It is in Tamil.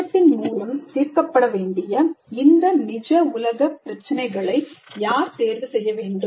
திட்டத்தின் மூலம் தீர்க்கப்பட வேண்டிய இந்த நிஜ உலக பிரச்சினைகளை யார் தேர்வு செய்ய வேண்டும்